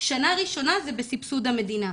שנה ראשונה זה בסבסוד המדינה.